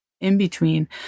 in-between